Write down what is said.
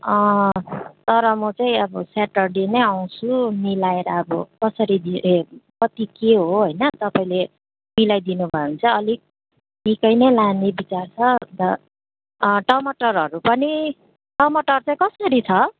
तर म चाहिँ अब स्याटर्डे नै आउँछु मिलाएर अब कसरी दिए कति के हो होइन तपाईँले मिलाइदिनुभयो भने चाहिँ अलिक निक्कै नै लाने विचार छ अनि त टमाटरहरू पनि टमाटर चाहिँ कसरी छ